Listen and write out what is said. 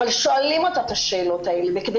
אבל שואלים אותה את השאלות האלה וכדי